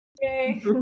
Yay